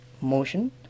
motion